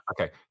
okay